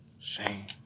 Shame